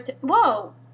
Whoa